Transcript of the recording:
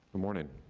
morning.